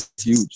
huge